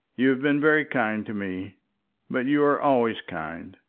you have been very kind to me but you are always kind.